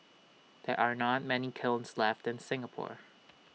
there are not many kilns left in Singapore